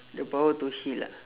the power to heal ah